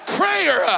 prayer